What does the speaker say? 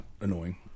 Annoying